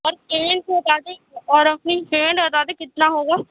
اور اور اپنی سیل بتا دیں کتنا ہوگا